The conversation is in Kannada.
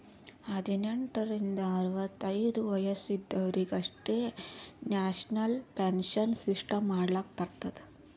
ಹದ್ನೆಂಟ್ ರಿಂದ ಅರವತ್ತೈದು ವಯಸ್ಸ ಇದವರಿಗ್ ಅಷ್ಟೇ ನ್ಯಾಷನಲ್ ಪೆನ್ಶನ್ ಸಿಸ್ಟಮ್ ಮಾಡ್ಲಾಕ್ ಬರ್ತುದ